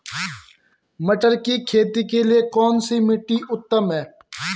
मटर की खेती के लिए कौन सी मिट्टी उत्तम है?